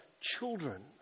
children